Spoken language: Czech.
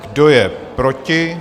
Kdo je proti?